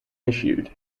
issued